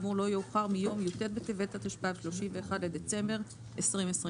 כאמור לא יאוחר מיום י"ט בטבת התשפ"ד (31 בדצמבר 2023)."